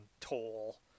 toll